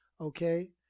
Okay